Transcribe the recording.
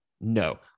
No